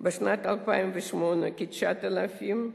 בשנת 2008 חזרו כ-9,000,